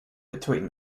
between